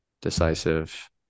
decisive